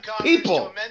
people